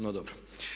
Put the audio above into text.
No, dobro.